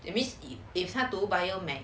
it means if 他读 bio med